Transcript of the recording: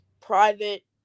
private